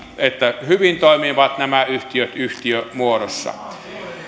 että hyvin toimivat nämä yhtiöt yhtiömuodossa